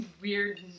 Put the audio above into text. weird